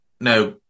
Now